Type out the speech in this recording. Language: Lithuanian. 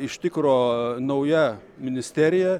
iš tikro nauja ministerija